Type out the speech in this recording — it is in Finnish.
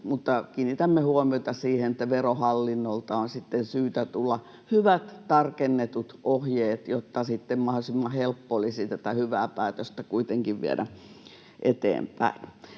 kiinnitämme huomiota siihen, että Verohallinnolta on syytä tulla hyvät tarkennetut ohjeet, jotta sitten mahdollisimman helppo olisi tätä hyvää päätöstä kuitenkin viedä eteenpäin.